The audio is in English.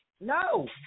No